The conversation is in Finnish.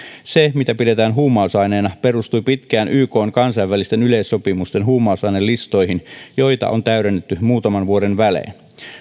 se mitä pidetään huumausaineena perustui pitkään ykn kansainvälisten yleissopimusten huumausainelistoihin joita on täydennetty muutaman vuoden välein